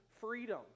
freedom